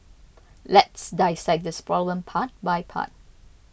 let's dissect this problem part by part